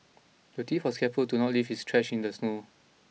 the thief was careful to not leave his tracks in the snow